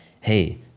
hey